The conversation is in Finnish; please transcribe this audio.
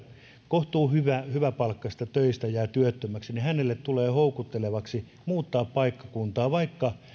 kohtuuhyväpalkkaisesta työstä jää työttömäksi tulee houkuttelevaksi muuttaa paikkakuntaa vaikka